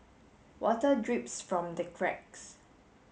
water drips from the cracks